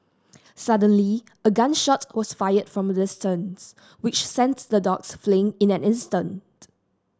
suddenly a gun shot was fired from the distance which sent the dogs fleeing in an instant